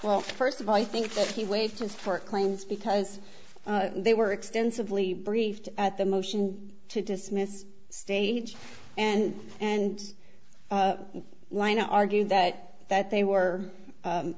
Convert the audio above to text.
well first of all i think that he waived his for claims because they were extensively briefed at the motion to dismiss stage and and why argue that that they were